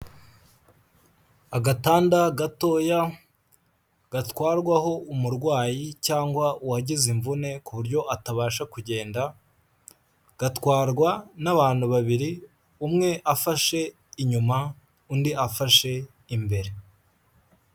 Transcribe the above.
Agatanda gatoya gatwarwaho umurwayi cyangwa uwagize imvune ku buryo atabasha kugenda, gatwarwa n'abantu babiri umwe afashe inyuma undi afashe imbere.